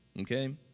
okay